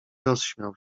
rozśmiał